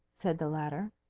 said the latter.